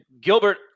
Gilbert